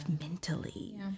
mentally